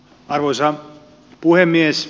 arvoisa puhemies